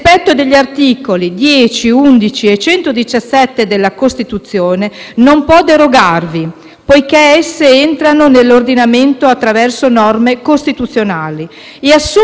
poiché esse entrano nell'ordinamento attraverso norme costituzionali, e assumono quindi rango gerarchico superiore alla legge ordinaria. Questo è successo.